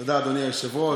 תודה, אדוני היושב-ראש.